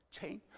change